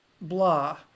blah